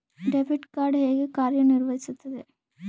Debit card ಹೇಗೆ ಕಾರ್ಯನಿರ್ವಹಿಸುತ್ತದೆ?